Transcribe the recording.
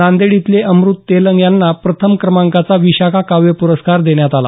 नांदेड इथले अमृत तेलंग यांना प्रथम क्रमांकाचा विशाखा काव्य प्रस्कार देण्यात आला